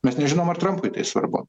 mes nežinom ar trampui tai svarbu